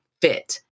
fit